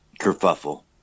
kerfuffle